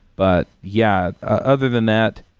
but, yeah, other than that,